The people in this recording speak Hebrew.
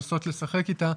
לנסות לשחק איתה,